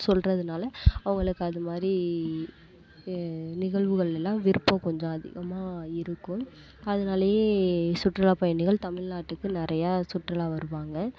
சொல்கிறதுனால அவங்களுக்கு அது மாதிரி நிகழ்வுகள் எல்லாம் விருப்பம் கொஞ்சம் அதிகமாக இருக்கும் அதனாலேயே சுற்றுலா பயணிகள் தமிழ்நாட்டுக்கு நிறையா சுற்றுலா வருவாங்க